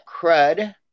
crud